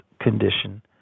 condition